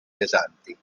pesanti